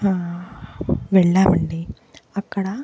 వెళ్ళామండి అక్కడ